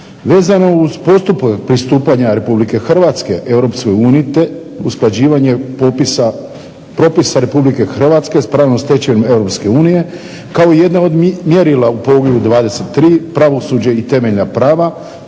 Vezano uz postupak pristupanja Republike Hrvatske Europskoj uniji te usklađivanje propisa Republike Hrvatske sa pravnom stečevinom Europske unije kao i jedne od mjerila u poglavlju 23. – Pravosuđe i temeljna prava